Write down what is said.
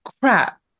crap